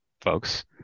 folks